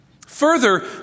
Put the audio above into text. Further